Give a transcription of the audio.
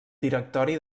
directori